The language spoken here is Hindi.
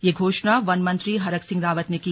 यह घोषणा वन मंत्री हरक सिंह रावत ने की